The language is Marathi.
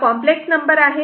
हा कॉम्प्लेक्स नंबर आहे